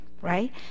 right